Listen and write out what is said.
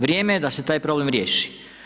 Vrijeme je da se taj problem riješi.